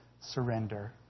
surrender